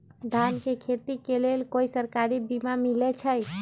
धान के खेती के लेल कोइ सरकारी बीमा मलैछई?